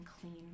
clean